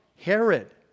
Herod